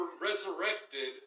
resurrected